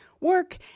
work